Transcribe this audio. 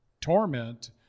torment